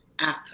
app